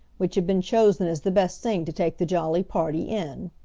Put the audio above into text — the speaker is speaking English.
which had been chosen as the best thing to take the jolly party in.